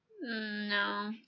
No